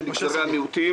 אז שיפרטו את זה כאן.